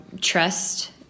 trust